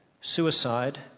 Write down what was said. suicide